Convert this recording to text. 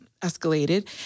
escalated